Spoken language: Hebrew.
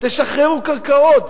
תשחררו קרקעות,